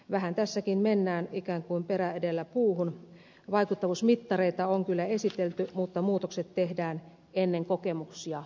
vähän tässäkin mennään ikään kuin perä edellä puuhun vaikuttavuusmittareita on kyllä esitelty mutta muutokset tehdään ennen kokemuksia ennen tuloksia